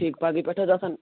ٹھیٖک پَگہٕکۍ پٮ۪ٹھ حظ آسَن